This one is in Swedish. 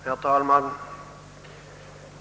Herr talman!